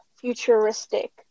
futuristic